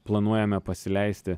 planuojame pasileisti